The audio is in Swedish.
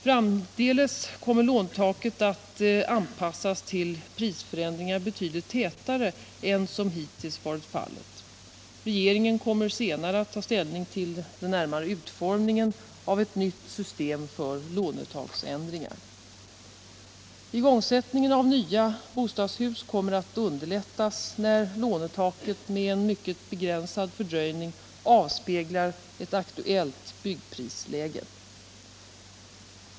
Framdeles kommer lånetaket att anpassas till prisförändringar betydligt tätare än som hittills har varit fallet. Regeringen kommer senare att ta ställning till den närmare utformningen av ett nytt system för lånetaksändringar. Igångsättningen av nya bostadshus kommer att underlättas när lånetaket med en mycket begränsad fördröjning avspeglar ett aktuellt byggprisläge.